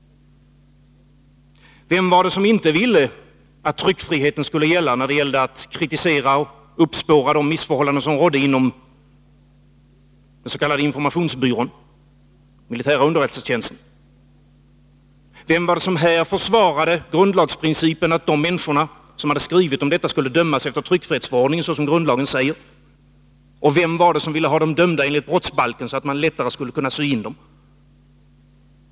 Vem var det som inte ville att tryckfriheten skulle gälla när det var fråga om att kritisera och uppspåra de missförhållanden som rådde inom den s.k. informationsbyrån, den militära underrättelsetjänsten? Vem var det som här försvarade grundlagsprincipen att de människor som hade skrivit om detta skulle dömas efter tryckfrihetsförordningen såsom grundlagen säger? Och vem var det som ville ha dem dömda enligt brottsbalken, så att man lättare skulle kunna sy in dem?